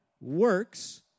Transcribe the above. Works